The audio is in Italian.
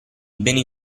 beni